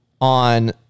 on